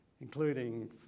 including